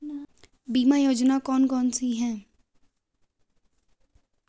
बीमा योजना कौन कौनसी हैं?